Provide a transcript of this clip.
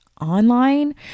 online